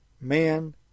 man